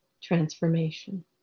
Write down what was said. transformation